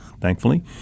thankfully